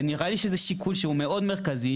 ונראה לי שזה שיקול שהוא מאוד מרכזי,